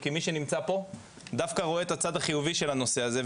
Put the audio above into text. כי מי שנמצא פה דווקא רואה את הצד החיובי של הנושא הזה.